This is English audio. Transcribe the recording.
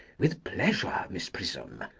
with pleasure, miss prism,